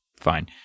fine